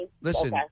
Listen